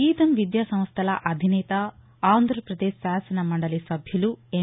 గీతం విద్యాసంస్టల అధినేత ఆంధ్రప్రదేశ్ శాసనమండలి సభ్యులు ఎం